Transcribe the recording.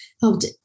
helped